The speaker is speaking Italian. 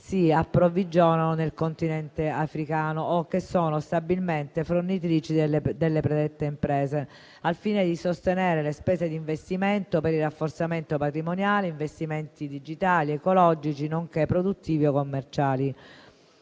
si approvvigionano nel Continente africano o sono stabilmente fornitrici delle predette imprese, al fine di sostenere le spese di investimento per il rafforzamento patrimoniale, investimenti digitali ecologici nonché produttivi o commerciali.